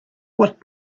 what